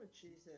Jesus